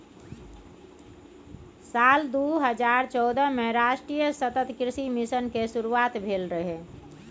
साल दू हजार चौदह मे राष्ट्रीय सतत कृषि मिशन केर शुरुआत भेल रहै